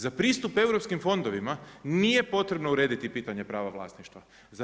Za pristup europskim fondovima nije potrebno urediti pitanje prava vlasništva.